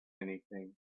anything